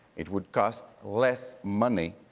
it would cost less money.